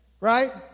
Right